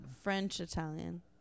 French-Italian